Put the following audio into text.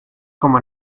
como